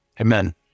Amen